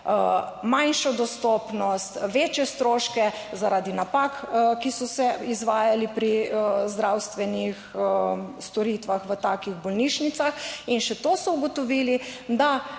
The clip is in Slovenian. manjšo dostopnost, večje stroške, zaradi napak, ki so se izvajali pri zdravstvenih storitvah v takih bolnišnicah. In še to so ugotovili, da